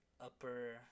upper